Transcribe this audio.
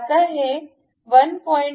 आता हे 1